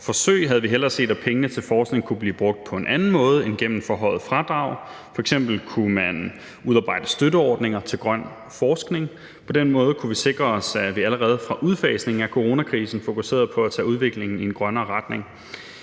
forsøg havde vi hellere set, at pengene til forskning kunne blive brugt på en anden måde end gennem forhøjet fradrag, f.eks. kunne man udarbejde støtteordninger til grøn forskning, og på den måde kunne vi sikre os, at vi allerede fra udfasningen af coronakrisen fokuserede på at tage udviklingen i en grønnere retning.